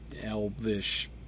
elvish